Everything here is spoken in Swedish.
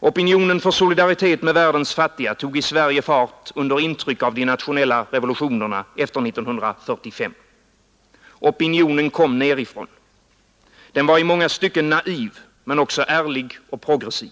Opinionen för solidaritet med världens fattiga tog i Sverige fart under intryck av de nationella revolutionerna efter 1945. Opinionen kom nerifrån. Den var i många stycken naiv men också ärlig och progressiv.